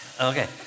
Okay